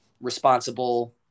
responsible